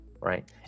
right